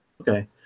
Okay